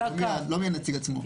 לא מי הנציג עצמו.